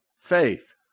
faith